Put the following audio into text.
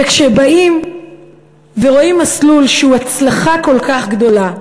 וכשבאים ורואים מסלול שהוא הצלחה כל כך גדולה,